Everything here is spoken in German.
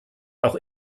auch